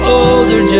older